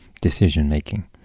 decision-making